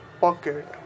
pocket